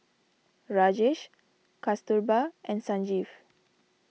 Rajesh Kasturba and Sanjeev